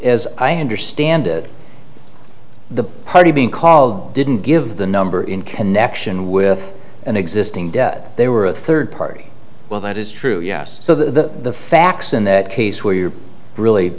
i understand it the party being called didn't give the number in connection with an existing debt they were a third party well that is true yes so the facts in that case where you're really